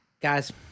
guys